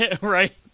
Right